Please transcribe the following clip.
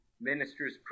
ministers